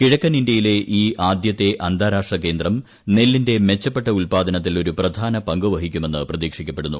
കിഴക്കൻ ഇന്ത്യയിലെ ഈ ആദ്യത്തെ അന്താരാഷ്ട്ര കേന്ദ്രം നെല്ലിന്റെ മെച്ചപ്പെട്ട ഉൽപ്പാദനത്തിൽ ഒരു പ്രധാന പങ്ക് വ്രഹിക്കുമെന്ന് പ്രതീക്ഷിക്കപ്പെടുന്നു